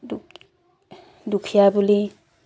দুখীয়া বুলি